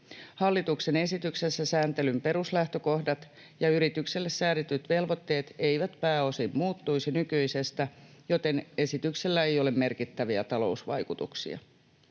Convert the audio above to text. Hallituksen esityksessä sääntelyn peruslähtökohdat ja yritykselle säädetyt velvoitteet eivät pääosin muuttuisi nykyisestä, joten esityksellä ei ole merkittäviä talousvaikutuksia.